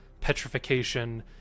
petrification